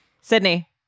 Sydney